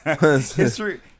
history